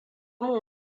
min